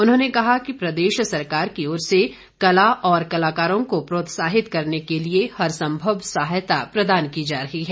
उन्होंने कहा कि प्रदेश सरकार की ओर से कला और कलाकारों को प्रोत्साहित करने के लिए हर संभव सहायता प्रदान की जा रही है